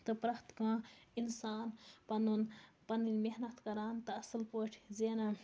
تہٕ پرٛٮ۪تھ کانٛہہ اِنسان پَنُن پَنٕنۍ محنت کَران تہٕ اَصٕل پٲٹھۍ زینان